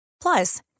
Plus